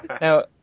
now